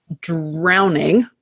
drowning